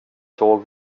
såg